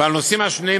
ועל הנושאים ששנויים